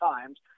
Times